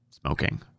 smoking